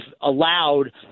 allowed